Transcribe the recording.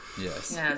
Yes